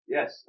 Yes